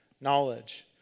knowledge